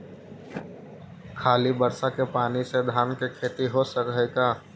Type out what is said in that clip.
खाली बर्षा के पानी से धान के खेती हो सक हइ?